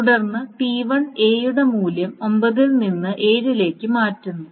തുടർന്ന് T1 A യുടെ മൂല്യം 9 ൽ നിന്ന് 7 ലേക്ക് മാറ്റുന്നു